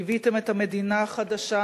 ליוויתם את המדינה החדשה,